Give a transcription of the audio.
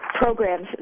programs